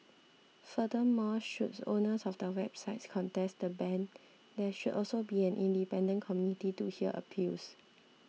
furthermore should owners of the websites contest the ban there should also be an independent committee to hear appeals